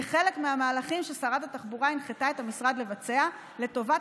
כחלק מהמהלכים ששרת התחבורה הנחתה את המשרד לבצע לטובת